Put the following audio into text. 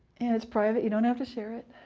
and it's private. you don't have to share it.